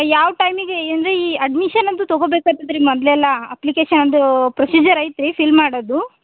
ಯಾವ ಟೈಮಿಗೆ ಅಂದ್ರೆ ಈ ಅಡ್ಮಿಶನ್ ಅಂತೂ ತಗೋಬೇಕಾತಿತ್ರಿ ಮೊದಲೆಲ್ಲ ಅಪ್ಲಿಕೇಶನ್ ಅದು ಪ್ರೊಸೀಜರ್ ಐತ್ ರೀ ಫಿಲ್ ಮಾಡೋದು